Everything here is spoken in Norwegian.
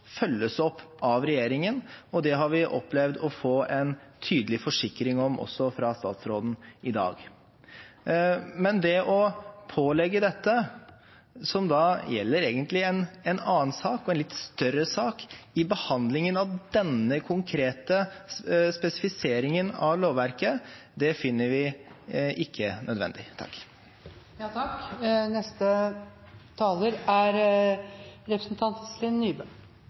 følges opp av regjeringen, og det har vi opplevd å få en tydelig forsikring om også fra statsråden i dag. Men det å pålegge dette, som da egentlig gjelder en annen og litt større sak, i behandlingen av denne konkrete spesifiseringen av lovverket, det finner vi ikke nødvendig.